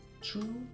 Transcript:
true